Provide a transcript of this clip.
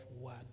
one